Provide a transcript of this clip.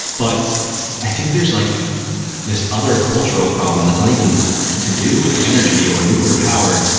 but i think there's like this other cultural problem that's not even to do with energy or nuclear power,